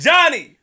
Johnny